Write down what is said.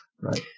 Right